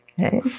Okay